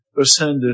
ascended